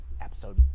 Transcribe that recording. episode